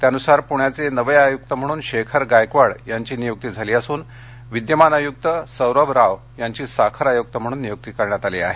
त्यानुसार पूण्याचे नवे आयुक्त म्हणून शेखर गायकवाड यांची नियुक्ती झाली असून विद्यमान आयुक्त सौरभ राव यांची साखर आयुक्त म्हणून नियुक्ती करण्यात आली आहे